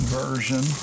version